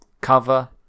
cover